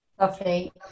Lovely